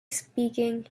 speaking